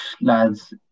lads